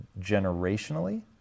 Generationally